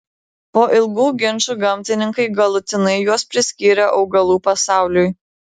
po ilgų ginčų gamtininkai galutinai juos priskyrė augalų pasauliui